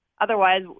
otherwise